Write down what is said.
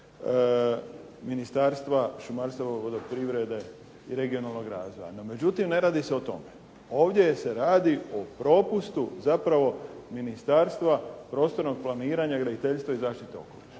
Ministarstva šumarstva, vodoprivrede i regionalnog razvoja. No međutim ne radi se o tome. Ovdje se radi o propustu zapravo Ministarstva prostornog planiranja, graditeljstva i zaštite okoliša